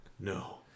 No